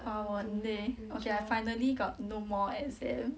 or 玩 leh okay I finally got no more exam